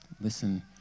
listen